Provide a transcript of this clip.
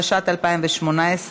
התשע"ט 2018,